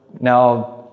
now